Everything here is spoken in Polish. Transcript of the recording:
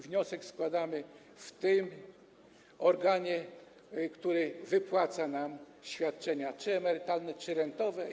Wniosek składamy do tego organu, który wypłaca nam świadczenia emerytalne czy rentowe.